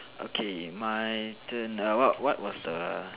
okay my turn err what what was the